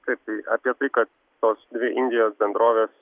taip tai apie tai kad tos dvi indijos bendrovės